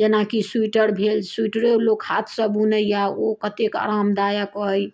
जेनाकि स्वीटर भेल स्वीटरो लोक हाथसँ बुनैया ओ कतेक आरामदायक अइ